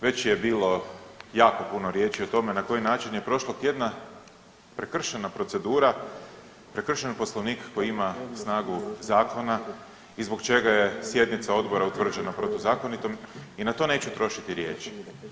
Već je bilo jako puno riječi o tome na koji način je prošlog tjedna prekršena procedura, prekršen poslovnik koji ima snagu zakona i zbog čega je sjednica odbora utvrđena protuzakonitom i na to neću trošiti riječi.